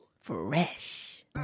fresh